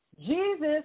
Jesus